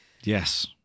Yes